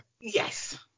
Yes